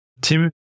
Tim